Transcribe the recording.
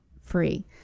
free